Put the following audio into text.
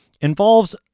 involves